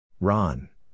Ron